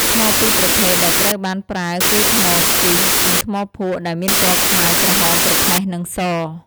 ថ្មពីរប្រភេទដែលត្រូវបានប្រើគឺថ្មស្គីស (schist) និងថ្មភក់ ដែលមានពណ៌ខ្មៅ ក្រហម ប្រផេះ និងស។